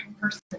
person